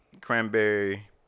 cranberry